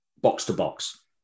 box-to-box